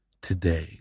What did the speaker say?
today